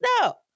No